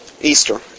Easter